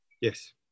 Yes